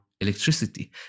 electricity